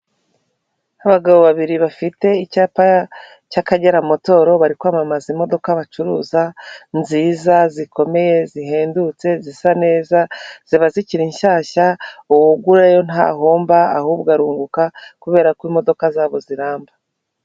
Abagabo babiri bafite icyapa cy'Akagera matoro bari kwamamaza imodoka bacuruza nziza, zikomeye, zihendutse, zisa neza, ziba zikiri nshyashya uwugurayo ntahomba ahubwo arunguka kubera ko imodoka z'abo ziramba.